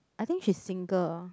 I think she's single ah